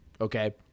Okay